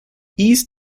east